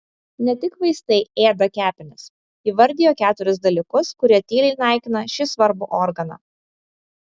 ne tik vaistai ėda kepenis įvardijo keturis dalykus kurie tyliai naikina šį svarbų organą